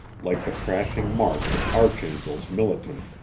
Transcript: like the crashing march of archangels militant.